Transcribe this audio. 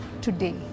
today